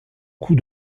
coup